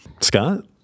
Scott